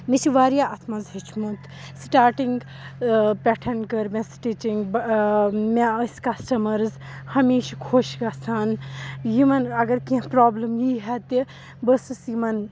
مےٚ چھُ واریاہ اَتھ منٛز ہیٚچھمُت سِٹاٹِنٛگ پٮ۪ٹھ کٔر مےٚ سٹِچِنٛگ مےٚ ٲسۍ کَسٹمَرز ہمیشہٕ خۄش گَژھان یِمَن اگر کینٛہہ پرٛابلِم یی ہا تہِ بہٕ ٲسٕس یِمَن